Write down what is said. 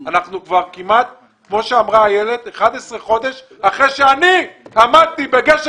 אנחנו כבר כמעט כמו אמרה איילת 11 חודשים אחרי שאני עמדתי בגשר